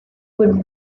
would